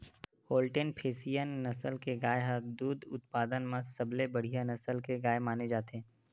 Holstein Friesian नसल के गाय ह दूद उत्पादन म सबले बड़िहा नसल के गाय माने जाथे